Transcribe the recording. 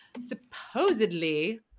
supposedly